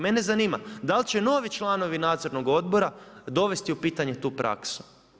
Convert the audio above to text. Mene zanima, dal će novi članovi nadzornog odbora dovesti u pitanje tu praksu?